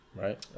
right